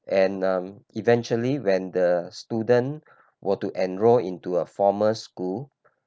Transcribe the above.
and uh eventually when the student were to enroll into a former school